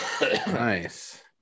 Nice